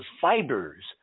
fibers